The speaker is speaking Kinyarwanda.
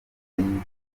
yitegura